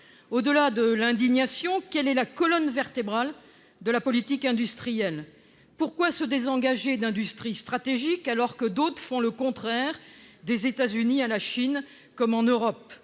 Au-delà de l'indignation, quelle est la colonne vertébrale de la politique industrielle ? Pourquoi se désengager d'industries stratégiques, alors que d'autres font le contraire, des États-Unis à la Chine, en passant